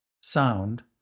sound